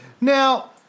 Now